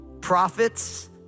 Prophets